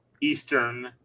Eastern